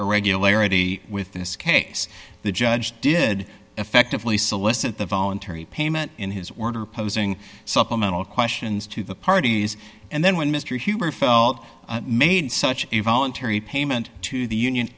irregularity with this case the judge did effectively solicit the voluntary payment in his order posing supplemental questions to the parties and then when mr huber felt made such a voluntary payment to the union